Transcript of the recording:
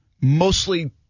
mostly